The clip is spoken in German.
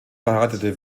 verheiratete